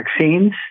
vaccines